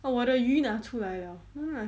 oh 我的鱼拿出来 liao ya